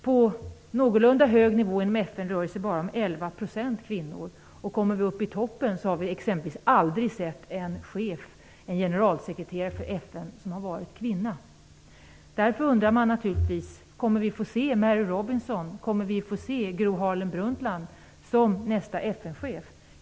På någorlunda hög nivå inom FN rör det sig om bara 11 % kvinnor, och vad toppen beträffar har vi exempelvis aldrig sett en chef, en generalsekreterare för FN, som varit kvinna. Därför undrar man naturligtvis: Kommer vi att få se Mary Robinson eller Gro Harlem Brundtland som nästa FN-chef?